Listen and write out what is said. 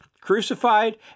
crucified